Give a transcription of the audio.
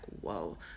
whoa